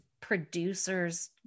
producers